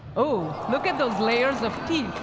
ooh. look at those layers of teeth